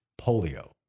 polio